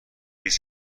است